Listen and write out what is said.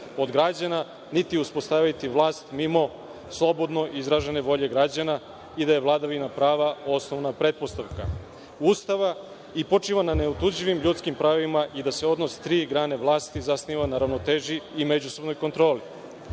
od građana, niti uspostaviti vlast mimo slobodno izražene volje građana i da je vladavina prava osnovna pretpostavka Ustava i počiva na neotuđivim ljudskim pravima i da se odnos tri grane vlasti zasniva na ravnoteži i međusobnoj kontroli. Maja